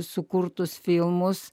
sukurtus filmus